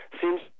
seems